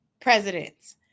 presidents